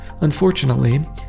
unfortunately